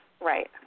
Right